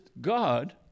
God